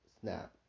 snap